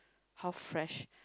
how fresh